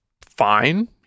fine